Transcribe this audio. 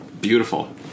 beautiful